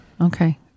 Okay